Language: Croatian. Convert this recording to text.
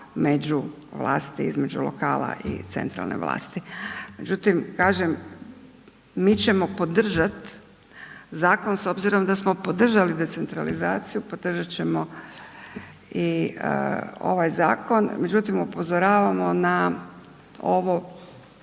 međuvlasti između lokala i centralne vlasti međutim kažem, mi ćemo podržat zakon s obzirom da smo podržali decentralizaciju, podržat ćemo i ovaj zakon međutim upozoravamo na ovo